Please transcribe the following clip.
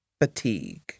fatigue